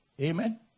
amen